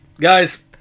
guys